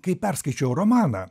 kai perskaičiau romaną